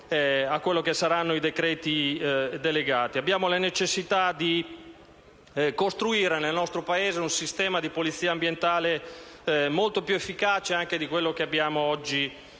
rispetto ai futuri decreti delegati. Abbiamo la necessità di costruire, nel nostro Paese, un sistema di polizia ambientale molto più efficace rispetto a quello che abbiamo oggi